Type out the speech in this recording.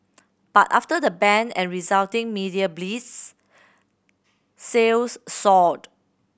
but after the ban and resulting media blitz sales soared